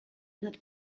not